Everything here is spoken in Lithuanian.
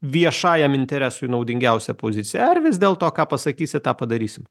viešajam interesui naudingiausią poziciją ar vis dėlto ką pasakysi tą padarysim